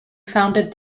founded